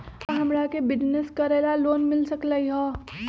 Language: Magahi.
का हमरा के बिजनेस करेला लोन मिल सकलई ह?